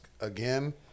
again